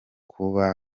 kuba